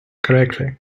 correctly